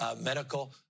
medical